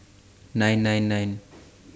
nine nine nine